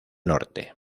norte